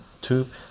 Tube